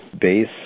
base